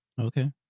Okay